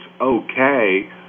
okay